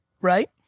Right